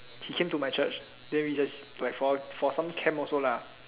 he came to my church then we just like for for some camp also lah